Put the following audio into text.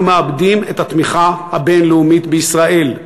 מאבדים את התמיכה הבין-לאומית בישראל.